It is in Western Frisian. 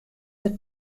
der